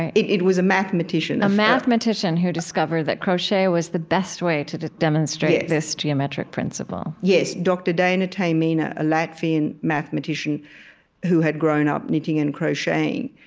and it it was a mathematician a mathematician who discovered that crochet was the best way to to demonstrate this geometric principle yes. dr. daina taimina, a latvian mathematician who had grown up knitting and crocheting.